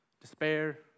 despair